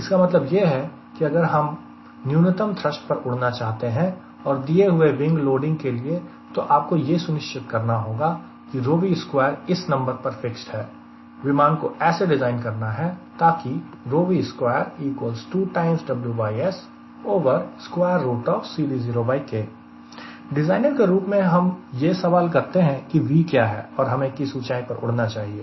इसका मतलब यह है कि अगर आप न्यूनतम थ्रस्ट पर उड़ना चाहते हैं दिए हुए विंग लोडिंग के लिए तो आपको यह सुनिश्चित करना होगा कि V2 इस नंबर पर फिक्स्ड है विमान को ऐसे डिज़ाइन करना है ताकि डिज़ाइनर के रूप में हम यह सवाल करते हैं कि V क्या है और हमें किस ऊंचाई पर उड़ना चाहिए